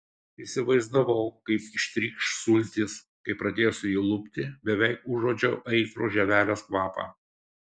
įsivaizdavau kaip ištrykš sultys kai pradėsiu jį lupti beveik užuodžiau aitrų žievelės kvapą